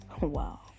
wow